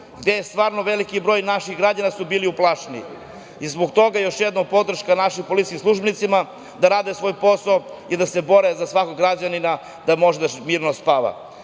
je stvarno veliki broj građana bio uplašeni. Zbog toga, još jednom podrška našim policijskim službenicima da rade svoj posao i da se bore za svakog građanina da može da mirno spava. Još